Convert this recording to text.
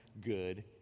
good